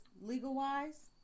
legal-wise